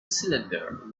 cylinder